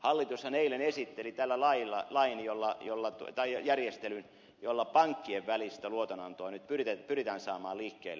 hallitushan eilen esitteli tällä lailla lain jolla jolla täällä järjestelyn jolla pankkien välistä luotonantoa nyt pyritään saamaan liikkeelle